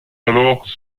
alors